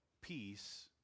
peace